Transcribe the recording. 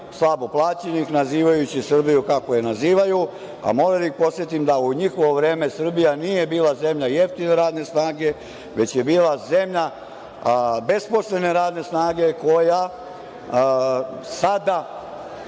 slabo plaćenih, nazivajući Srbiju kako je nazivaju, a moram da ih podsetim da u njihovo vreme Srbija nije bila zemlja jeftine radne snage, već je bila zemlja besposlene radne snage, koja sada